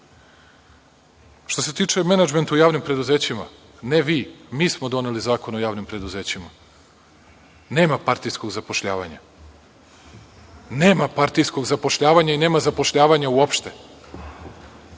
se tiče menadžmenta u javnim preduzećima, ne vi nego mi smo doneli Zakon o javnim preduzećima. Nema partijskog zapošljavanja. Nema partijskog zapošljavanja i nema zapošljavanja uopšte. Što